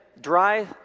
dry